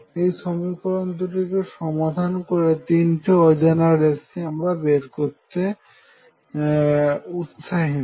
এই সমীকরণ দুটিকে সমাধান করে তিনটি অজানা রাশি বের করতে আমরা উৎসাহী নয়